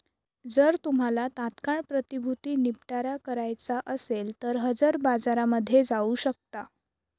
जर तुम्हाला तात्काळ प्रतिभूती निपटारा करायचा असेल तर हजर बाजारामध्ये जाऊ शकता